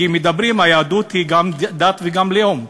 כי היהדות היא גם דת וגם לאום.